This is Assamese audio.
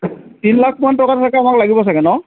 তিনি লাখমান টকা চাগে আমাক লাগিব চাগে ন